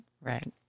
Right